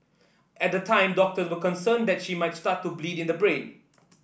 at the time doctors were concerned that she might start to bleed in the brain